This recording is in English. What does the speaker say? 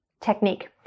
technique